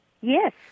Yes